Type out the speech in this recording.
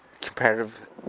comparative